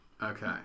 Okay